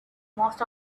most